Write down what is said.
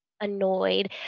annoyed